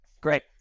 Great